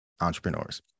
entrepreneurs